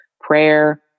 prayer